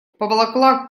поволокла